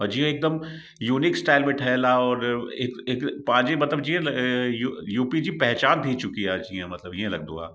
जीअं हिकदमि unique style में ठहियल आहे और हि हिकु पंहिंजी मतलबु जीअं यू यू पी पहिचान थी चुकी आहे जीअं मतलबु इअं लॻंदो आहे